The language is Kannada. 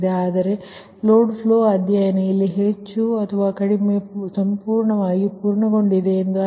ಆದ್ದರಿಂದ ಲೋಡ್ ಫ್ಲೋ ಅಧ್ಯಯನ ಇಲ್ಲಿ ಹೆಚ್ಚು ಅಥವಾ ಕಡಿಮೆ ಸಂಪೂರ್ಣವಾಗಿ ಪೂರ್ಣಗೊಂಡಿದೆ ಎಂದರ್ಥ